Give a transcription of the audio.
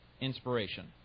inspiration